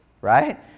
right